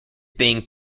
being